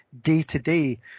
day-to-day